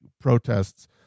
protests